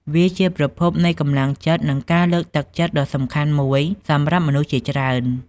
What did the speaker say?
វាជាប្រភពនៃកម្លាំងចិត្តនិងការលើកទឹកចិត្តដ៏សំខាន់មួយសម្រាប់មនុស្សជាច្រើន។